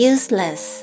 Useless